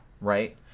Right